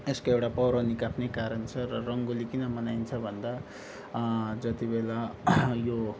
यसको एउटा पौराणिक आफ्नै कारण छ र रङ्गोली किन मनाइन्छ भन्दा जति बेला यो